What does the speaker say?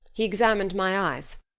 he examined my eyes.